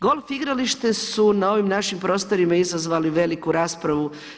Golf igrališta su na ovim našim prostorima izazvala veliku raspravu.